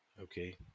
Okay